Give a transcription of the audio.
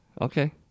Okay